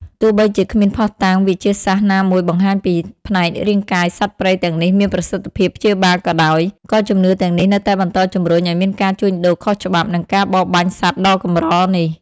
ទោះបីជាគ្មានភស្តុតាងវិទ្យាសាស្ត្រណាមួយបង្ហាញថាផ្នែករាងកាយសត្វព្រៃទាំងនេះមានប្រសិទ្ធភាពព្យាបាលក៏ដោយ ក៏ជំនឿទាំងនេះនៅតែបន្តជំរុញឲ្យមានការជួញដូរខុសច្បាប់ និងការបរបាញ់សត្វដ៏កម្រនេះ។